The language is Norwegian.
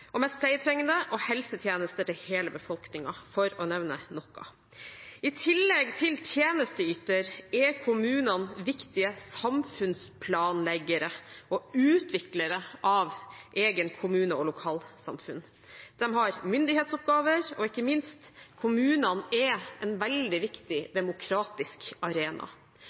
og helsetjenester til hele befolkningen – for å nevne noe. I tillegg til å være tjenesteytere er kommunene viktige samfunnsplanleggere og utviklere av egen kommune og eget lokalsamfunn. De har myndighetsoppgaver, og ikke minst er kommunene en veldig viktig demokratisk arena.